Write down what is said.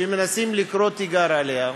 שמנסים לקרוא תיגר עליה.